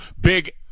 big